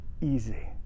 easy